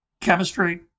chemistry